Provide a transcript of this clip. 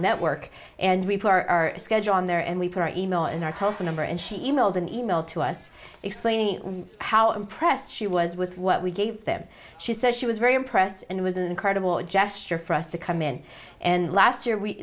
network and we put our schedule on there and we pray e mail in our tough a number and she e mailed an e mail to us explaining how impressed she was with what we gave them she says she was very impressed and it was an incredible gesture for us to come in and last year we